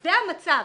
זה המצב,